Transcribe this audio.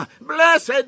Blessed